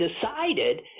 decided